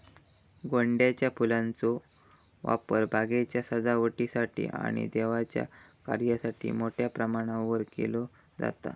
गोंड्याच्या फुलांचो वापर बागेच्या सजावटीसाठी आणि देवाच्या कार्यासाठी मोठ्या प्रमाणावर केलो जाता